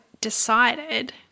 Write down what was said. decided